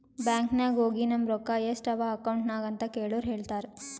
bank ನಾಗ್ ಹೋಗಿ ನಮ್ ರೊಕ್ಕಾ ಎಸ್ಟ್ ಅವಾ ಅಕೌಂಟ್ನಾಗ್ ಅಂತ್ ಕೇಳುರ್ ಹೇಳ್ತಾರ್